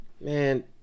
man